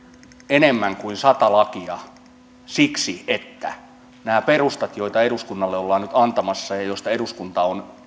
enemmän kuin sata lakia siksi että nämä perustat joita eduskunnalle ollaan nyt antamassa ja joista eduskunta on